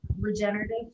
regenerative